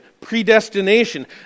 predestination